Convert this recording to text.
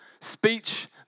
speech